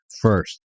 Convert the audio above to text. first